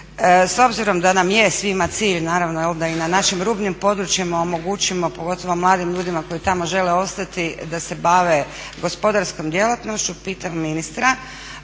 S obzirom da nam je svima cilj da i na našim rubnim područjima omogućimo, pogotovo mladim ljudima koji tamo žele ostati da se bave gospodarskom djelatnošću, pitam ministra